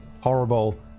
horrible